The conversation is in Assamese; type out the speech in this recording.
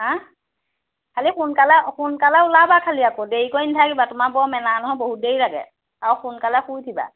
হা খালী সোনকালে সোনকালে ওলাবা খালি আকৌ দেৰি কৰি নেথাকিবা তোমাৰ বৰ মেলা নহয় বহুত দেৰি লাগে আৰু সোনকালে শুই উঠিবা